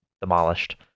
demolished